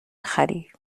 خری